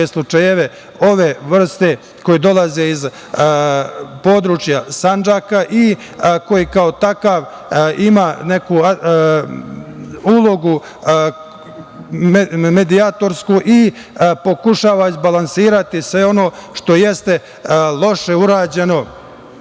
slučajeve ove vrste koji dolaze iz područja Sandžaka i koji kao takav ima neku ulogu medijatorsku i pokušava izbalansirati sve ono što jeste loše urađeno